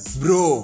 bro